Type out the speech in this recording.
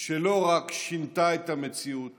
שלא רק שינתה את המציאות